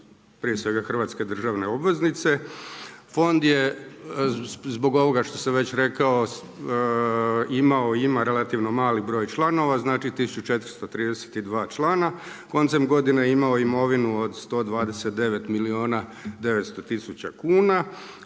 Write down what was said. prije svega hrvatske državne obveznice. Fond je zbog ovoga što sam već rekao imao i ima relativno mali broj članova, znači 1432 člana, koncem godine je imao imovinu od 129 milijuna 900 tisuća kuna.